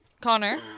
Connor